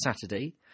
Saturday